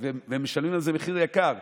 הם משלמים על זה מחיר יקר.